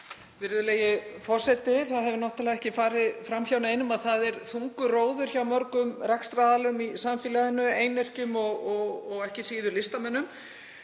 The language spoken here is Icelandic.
Virðulegi forseti. Það hefur náttúrlega ekki farið fram hjá neinum að það er þungur róður hjá mörgum rekstraraðilum í samfélaginu, hjá einyrkjum og ekki síður listamönnum.